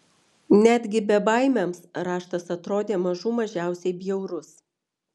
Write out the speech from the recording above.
netgi bebaimiams raštas atrodė mažų mažiausiai bjaurus